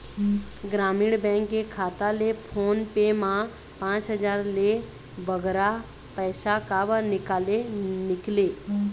ग्रामीण बैंक के खाता ले फोन पे मा पांच हजार ले बगरा पैसा काबर निकाले निकले?